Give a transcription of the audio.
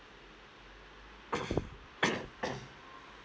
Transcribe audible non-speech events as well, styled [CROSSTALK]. [COUGHS]